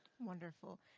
Wonderful